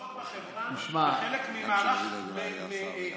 הנוכחות בחברה כחלק ממערך,